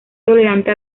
tolerante